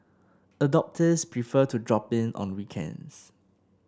adopters prefer to drop in on weekends